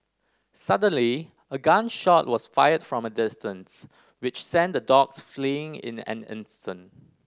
suddenly a gun shot was fired from a distance which sent the dogs fleeing in an instant